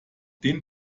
den